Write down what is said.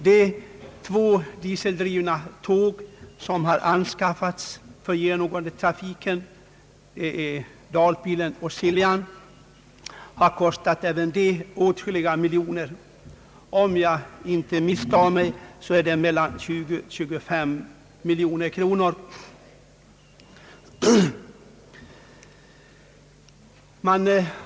De två dieseldrivna tåg som anskaffats för den genomgående trafiken — Dalpilen och Siljan — har även de kostat åtskilligt. Om jag inte misstar mig är det mellan 20 och 25 miljoner kronor.